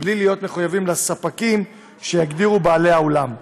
בלי להיות מחויבים לספקים שיגדירו בעלי האולם.